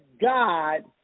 God